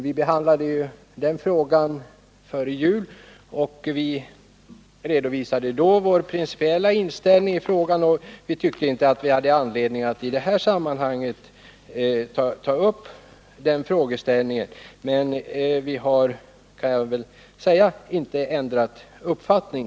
Den frågan behandlades före jul, och vi redovisade då vår principiella inställning. Vi tyckte inte att vi hade anledning att i det här sammanhanget ta upp den frågeställningen, men vi har, kan jag väl säga, inte ändrat uppfattning.